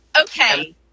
Okay